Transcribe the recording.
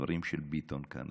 הדברים של ביטון כאן,